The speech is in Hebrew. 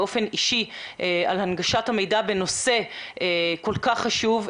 באופן אישי על הנגשת המידע בנושא כל כך חשוב,